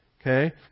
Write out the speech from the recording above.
Okay